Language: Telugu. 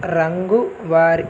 రంగు వారి